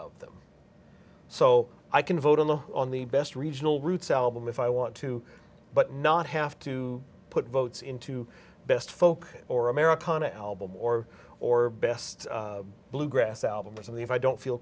of them so i can vote on the on the best regional roots album if i want to but not have to put votes into best folk or americana album or or best bluegrass album or something if i don't feel